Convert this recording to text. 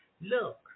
Look